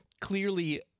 clearly